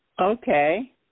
Okay